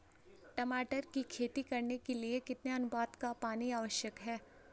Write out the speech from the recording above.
टमाटर की खेती करने के लिए कितने अनुपात का पानी आवश्यक है?